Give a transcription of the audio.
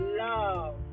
love